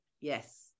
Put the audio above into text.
Yes